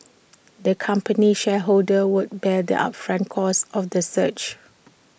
the company's shareholders would bear the upfront costs of the search